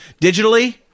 digitally